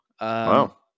Wow